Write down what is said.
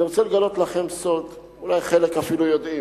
אני רוצה לגלות לכם סוד, אולי חלק אפילו יודעים: